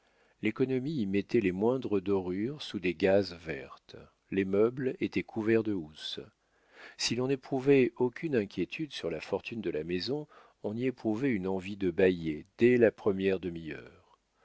l'économie y mettait les moindres dorures sous des gazes vertes les meubles étaient couverts de housses si l'on n'éprouvait aucune inquiétude sur la fortune de la maison on y éprouvait une envie de bâiller dès la première demi-heure